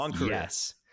yes